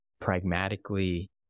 pragmatically